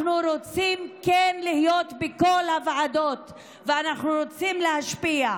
אנחנו כן רוצים להיות בכל הוועדות ואנחנו רוצים להשפיע.